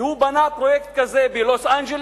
והוא בנה פרויקט כזה בלוס-אנג'לס,